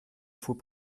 faut